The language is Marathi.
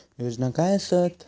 योजना काय आसत?